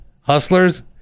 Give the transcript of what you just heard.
Hustlers